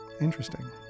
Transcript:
interesting